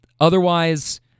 otherwise